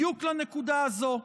בדיוק לנקודה הזו: